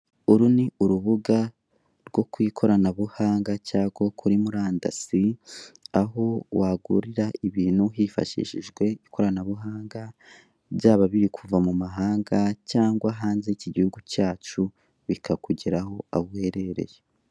Uru ni urubuga rwo ku ikoranabuhanga cyangwa kuri murandasi aho wagurira ibintu hifashishijwe ikoranabuhanga byaba biri kuva mu mahanga cyangwa hanze y'iki gihugu cyacu bikakugeraho aho uherereye.